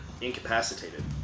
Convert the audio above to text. incapacitated